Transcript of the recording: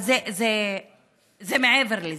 אבל זה מעבר לזה.